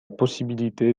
possibilité